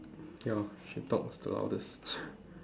ya she talks the loudest